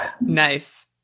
Nice